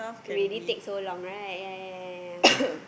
already take so long right yea